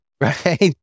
right